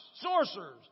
sorcerers